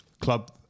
club